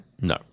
No